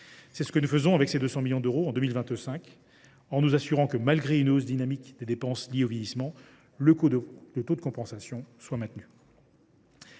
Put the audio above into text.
C’est ce que nous faisons avec ces 200 millions d’euros pour 2025, en nous assurant que, malgré une hausse dynamique des dépenses liée au vieillissement, le taux de compensation sera maintenu.